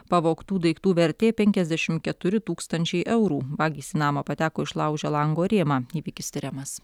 pavogtų daiktų vertė penkiasdešimt keturi tūkstančiai eurų vagys į namą pateko išlaužę lango rėmą įvykis tiriamas